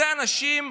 אלה אנשים,